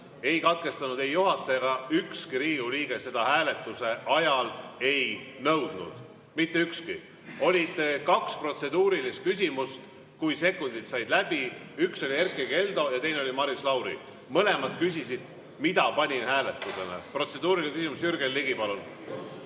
ei katkestanud ei juhataja ega ükski Riigikogu liige seda hääletuse ajal ei nõudnud, mitte ükski. Oli kaks protseduurilist küsimust, kui sekundid said läbi, üks oli Erkki Keldol ja teine oli Maris Lauril. Mõlemad küsisid, mida ma panin hääletusele. Protseduuriline küsimus, Jürgen Ligi, palun!